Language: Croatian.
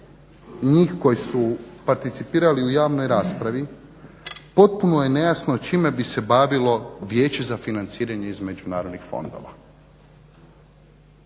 njih koji su participirali u javnoj raspravi potpuno je nejasno čime bi se bavilo Vijeće za financiranje iz međunarodnih fondova